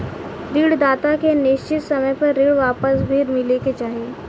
ऋण दाता के निश्चित समय पर ऋण वापस भी मिले के चाही